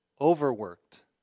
overworked